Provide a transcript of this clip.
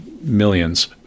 millions